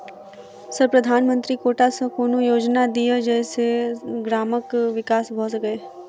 Sir प्रधानमंत्री कोटा सऽ कोनो योजना दिय जै सऽ ग्रामक विकास भऽ सकै?